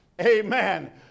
Amen